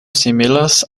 similas